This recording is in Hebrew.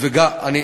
מה התוכנית?